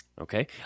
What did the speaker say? Okay